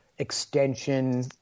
extension